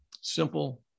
simple